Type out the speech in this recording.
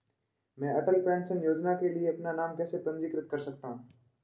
मैं अटल पेंशन योजना के लिए अपना नाम कैसे पंजीकृत कर सकता हूं?